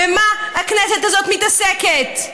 במה הכנסת הזאת מתעסקת?